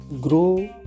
Grow